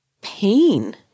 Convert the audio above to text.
pain